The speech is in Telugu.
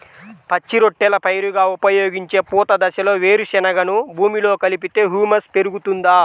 పచ్చి రొట్టెల పైరుగా ఉపయోగించే పూత దశలో వేరుశెనగను భూమిలో కలిపితే హ్యూమస్ పెరుగుతుందా?